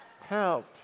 Help